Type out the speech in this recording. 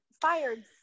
fired